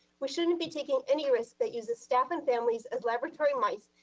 we shouldn't be taking any risks that uses staff and families as laboratory mice,